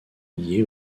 lié